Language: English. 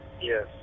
Yes